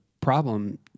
problem